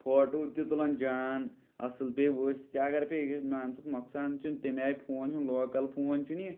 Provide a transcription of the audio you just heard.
photo تہِ تُلَان جان اَصٕل بیٚیہِ وٕسۍ تہِ اگر پیٚیہِ یہِ گژھِ مان ژٕ نۄقصان چھِنہٕ تیٚمہِ آے فون ہُہ لوکَل فون چھُنہٕ یہِ